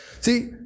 See